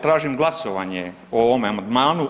Tražim glasovanje o ovom amandmanu.